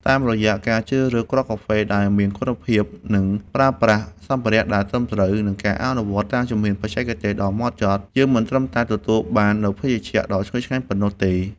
តាមរយៈការជ្រើសរើសគ្រាប់កាហ្វេដែលមានគុណភាព ការប្រើប្រាស់សម្ភារៈដែលត្រឹមត្រូវ និងការអនុវត្តតាមជំហានបច្ចេកទេសដ៏ម៉ត់ចត់ យើងមិនត្រឹមតែទទួលបាននូវភេសជ្ជៈដ៏ឈ្ងុយឆ្ងាញ់ប៉ុណ្ណោះទេ។